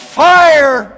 fire